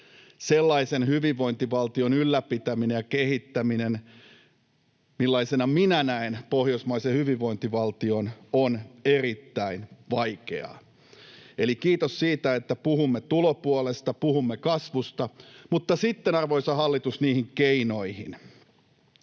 sellaisen hyvinvointivaltion ylläpitäminen ja kehittäminen, millaisena minä näen pohjoismaisen hyvinvointivaltion, on erittäin vaikeaa. Eli kiitos siitä, että puhumme tulopuolesta ja puhumme kasvusta, mutta sitten, arvoisa hallitus, niihin keinoihin: